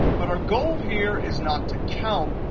but our goal here is not to count,